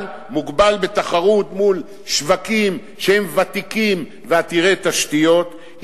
בתחרות מול שווקים שהם ותיקים ועתירי תשתיות,